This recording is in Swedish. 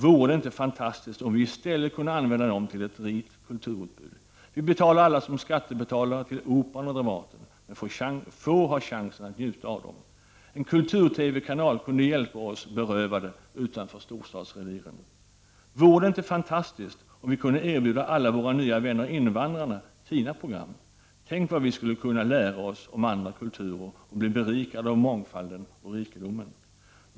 Vore det inte fantastiskt om vi i stället skulle kunna använda dem till ett rikt kulturutbud? Vi betalar alla som skattebetalare till Operan och Dramaten, men få har chansen att njuta av dem. En kultur-TV-kanal kunde hjälpa oss berövade utanför storstadsreviren. Vore det inte fantastiskt om vi kunde erbjuda alla våra nya vänner invandrarna fina program? Tänk vad vi skulle kunna lära oss om andra kulturer, och bli berikade av mångfalden och rikedomen.